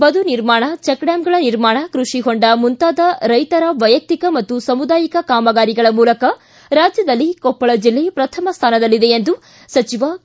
ಬದು ನಿರ್ಮಾಣ ಚೆಕ್ ಡ್ಥಾಮ್ಗಳ ನಿರ್ಮಾಣ ಕೃಷಿ ಹೊಂಡ ಮುಂತಾದ ರೈತರ ವೈಯಕ್ತಿಕ ಮತ್ತು ಸಮುದಾಯಿಕ ಕಾಮಗಾರಿಗಳ ಮೂಲಕ ರಾಜ್ಯದಲ್ಲಿ ಕೊಪ್ಪಳ ಜಿಲ್ಲೆ ಪ್ರಥಮ ಸ್ಥಾನದಲ್ಲಿದೆ ಎಂದು ಸಚಿವ ಕೆ